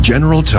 General